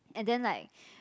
and then like